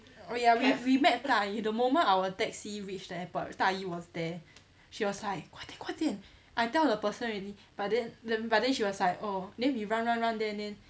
oh ya we we met 大姨 the moment our taxi reached the airport 大姨 was there she was like 快点快点 I tell the person already but then then but then she was like oh then we run run run there and then